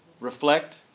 reflect